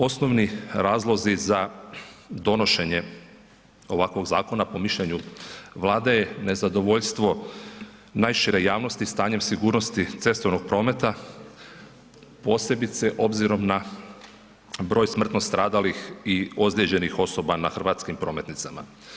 Osnovni razlozi za donošenje ovakvog zakona po mišljenju Vlade je nezadovoljstvo najšire javnosti stanjem sigurnosti cestovnog prometa posebice obzirom na broj smrtno stradalih i ozlijeđenih osoba na hrvatskim prometnicama.